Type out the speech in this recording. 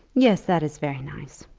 yes that is very nice.